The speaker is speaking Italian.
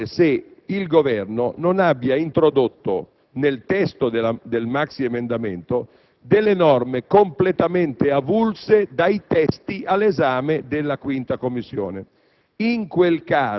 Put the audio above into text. per verificare se il Governo non abbia introdotto nel testo del maxiemendamento norme completamente avulse dai testi all'esame della 5ª Commissione.